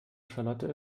charlotte